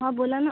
हा बोला ना